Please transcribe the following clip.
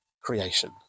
creation